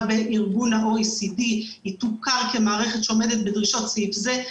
בארגון ה-OECD תוכר כמערכת שעומדת בדרישות סעיף זה,